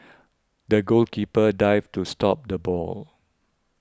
the goalkeeper dived to stop the ball